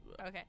okay